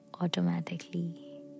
automatically